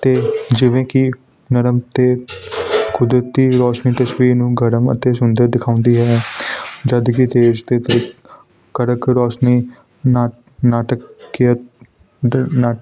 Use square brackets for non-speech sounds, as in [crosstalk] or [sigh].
ਅਤੇ ਜਿਵੇਂ ਕਿ ਨਰਮ ਅਤੇ ਕੁਦਰਤੀ ਰੋਸ਼ਨੀ ਤਸਵੀਰ ਨੂੰ ਗਰਮ ਅਤੇ ਸੁੰਦਰ ਦਿਖਾਉਂਦੀ ਹੈ ਜਦੋਂ ਕਿ ਤੇਜ਼ ਅਤੇ ਕੜ ਕੜਕ ਰੋਸ਼ਨੀ ਨਾ ਨਾਟਕ [unintelligible]